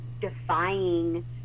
defying